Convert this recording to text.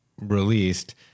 released